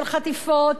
של חטיפות,